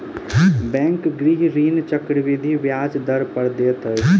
bank गृह ऋण चक्रवृद्धि ब्याज दर पर दैत अछि